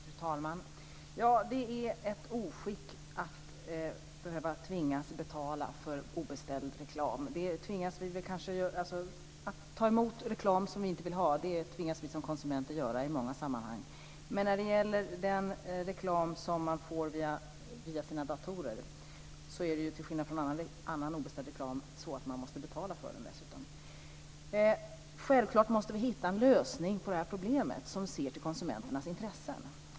Fru talman! Det är ett oskick att behöva tvingas betala för obeställd reklam. Att ta emot reklam som vi inte vill ha tvingas vi som konsumenter att göra i många sammanhang. Men den reklam som man får via sina datorer måste man till skillnad från annan obeställd reklam dessutom betala för. Självklart måste vi hitta en lösning på problemet som ser till konsumenternas intressen.